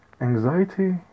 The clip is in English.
anxiety